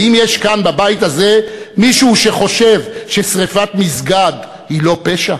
האם יש כאן בבית הזה מישהו שחושב ששרפת מסגד היא לא פשע?